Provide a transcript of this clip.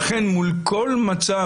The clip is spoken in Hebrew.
לכן מול כל מצב,